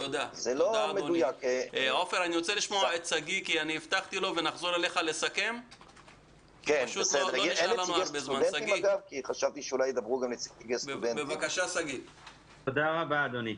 תודה רבה אדוני.